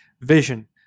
vision